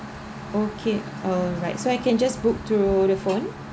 okay alright so I can just book through the phone